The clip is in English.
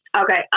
Okay